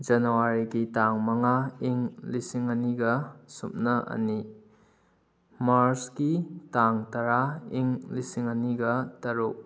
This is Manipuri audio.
ꯖꯅꯥꯋꯥꯔꯤꯒꯤ ꯇꯥꯡ ꯃꯉꯥ ꯏꯪ ꯂꯤꯁꯤꯡ ꯑꯅꯤꯒ ꯁꯨꯞꯅ ꯑꯅꯤ ꯃꯥꯔ꯭ꯁꯀꯤ ꯇꯥꯡ ꯇꯔꯥ ꯏꯪ ꯂꯤꯁꯤꯡ ꯑꯅꯤꯒ ꯇꯔꯨꯛ